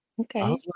Okay